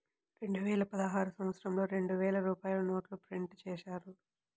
రెండువేల పదహారు సంవత్సరంలో రెండు వేల రూపాయల నోట్లు ప్రింటు చేశారు